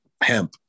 hemp